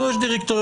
או שהוא חושב